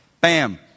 Bam